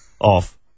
off